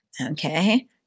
Okay